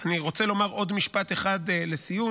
אני רוצה לומר עוד משפט אחד לסיום.